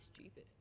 stupid